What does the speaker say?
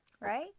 right